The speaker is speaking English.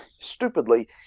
stupidly